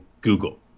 Google